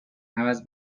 عوض